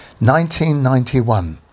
1991